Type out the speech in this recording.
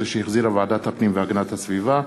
2013, שהחזירה ועדת הפנים והגנת הסביבה,